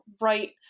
right